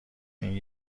این